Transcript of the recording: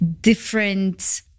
different